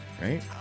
right